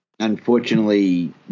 Unfortunately